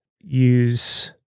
use